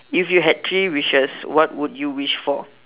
if you had three wishes what would you wish for